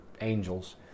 angels